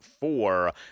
four